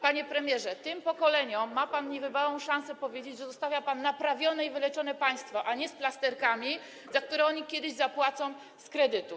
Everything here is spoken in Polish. Panie premierze, tym pokoleniom ma pan niebywałą szansę powiedzieć, że zostawia pan naprawione i wyleczone państwo, a nie z plasterkami, za które oni kiedyś zapłacą z kredytów.